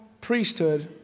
priesthood